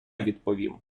відповім